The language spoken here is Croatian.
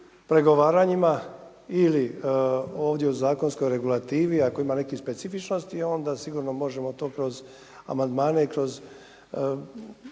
pregovaranjima ili ovdje u zakonskoj regulativi, ako ima nekih specifičnosti onda sigurno možemo to kroz amandmane, kroz